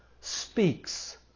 speaks